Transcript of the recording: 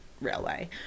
railway